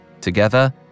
Together